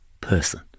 person